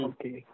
Okay